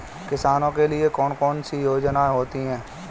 किसानों के लिए कौन कौन सी योजनायें होती हैं?